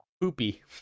Poopy